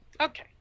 Okay